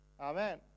Amen